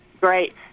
great